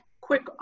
quick